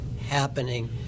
happening